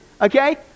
Okay